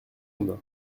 monde